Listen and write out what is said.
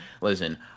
listen